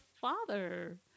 father